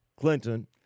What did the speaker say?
Clinton